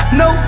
no